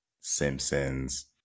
simpsons